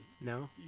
No